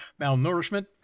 malnourishment